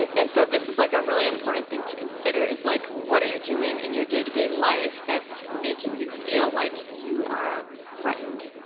and and so this is like a really important thing to consider. like what are you doing in your day to day life that's making you feel like you are threatened?